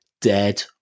dead